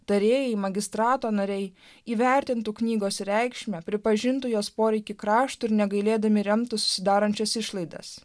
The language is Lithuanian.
tarėjai magistrato nariai įvertintų knygos reikšmę pripažintų jos poreikį kraštui ir negailėdami remtų susidarančias išlaidas